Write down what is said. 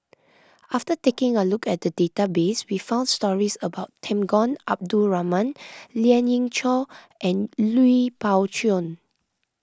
after taking a look at the database we found stories about Temenggong Abdul Rahman Lien Ying Chow and Lui Pao Chuen